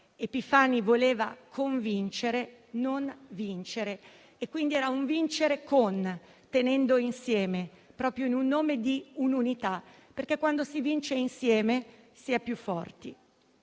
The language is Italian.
Epifani voleva convincere, non vincere. Quindi era un vincere con, tenendo insieme proprio nel nome di un'unità, perché, quando si vince insieme, si è più forti.